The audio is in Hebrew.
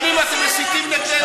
שלכם, השמצתם, תתנצלו.